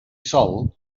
sol